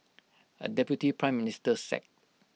A deputy Prime Minister sacked